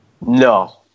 No